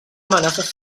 amenaces